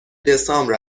دسامبر